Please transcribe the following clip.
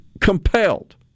compelled